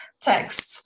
texts